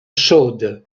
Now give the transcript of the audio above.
chaudes